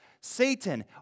Satan